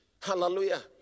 Hallelujah